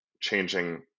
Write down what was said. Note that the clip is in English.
changing